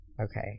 Okay